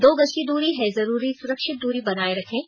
दो गज की दूरी है जरूरी सुरक्षित दूरी बनाए रखें